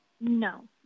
No